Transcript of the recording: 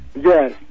Yes